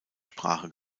sprache